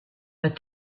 but